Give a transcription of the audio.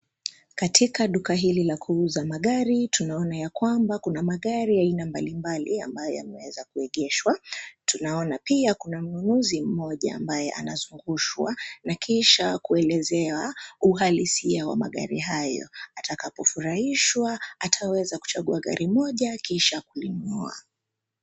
Katika duka hili la kuuza magari, tunaona ya kwamba kuna magari ya aina mbalimbali ambayo yameweza kuegeshwa. Tunaona pia kuna mnunuzi mmoja ambaye anazungushwa na kisha kuelezewa uhalisia wa magari hayo. Atakapofurahishwa, ataweza kuchagua gari moja kisha kulinunua.